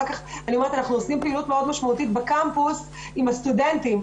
אני אומרת שאנחנו עושים פעילות מאוד משמעותית בקמפוס עם הסטודנטים,